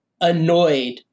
annoyed